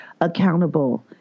accountable